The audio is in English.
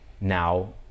now